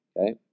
Okay